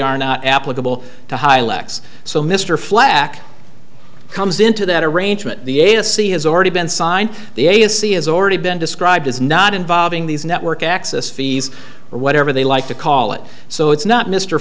are not applicable to high lex so mr flack comes into that arrangement the a s c has already been signed the a s c is already been described as not involving these network access fees or whatever they like to call it so it's not mr